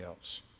else